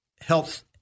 health